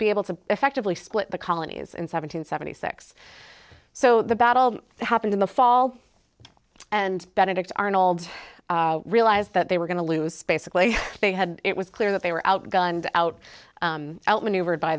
be able to effectively split the colonies in seven hundred seventy six so the battle happened in the fall and benedict arnold realized that they were going to lose basically they had it was clear that they were outgunned out outmaneuvered by